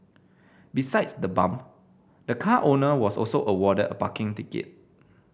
besides the bump the car owner was also awarded a parking ticket